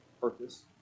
purpose